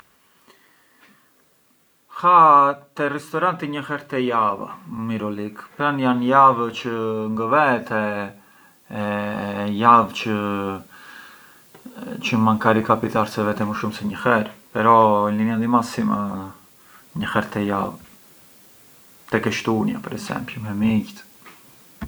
Ha te ristoranti një herë te java, mirë o lik, pran jan javë te ku ngë vete e javë çë… çë kapitar se vete më shumë se një herë però in linea di massima një herë te java, tek e shtunia per esempiu me miqt.